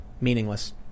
Meaningless